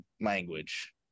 language